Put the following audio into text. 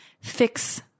fix